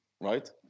right